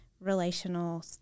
relational